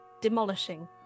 demolishing